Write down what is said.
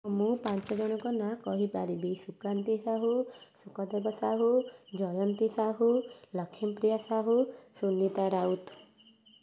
ମୁଁ ପାଞ୍ଚ ଜଣଙ୍କ ନାଁ କହିପାରିବି ସୁକାନ୍ତି ସାହୁ ଶୁକଦେବ ସାହୁ ଜୟନ୍ତୀ ସାହୁ ଲଷ୍ମୀପ୍ରିୟା ସାହୁ ସୁନିତା ରାଉତ